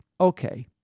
Okay